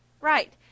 right